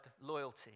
loyalty